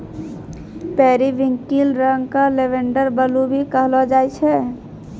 periwinkle रंग क lavender blue भी कहलो जाय छै